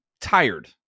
tired